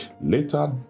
Later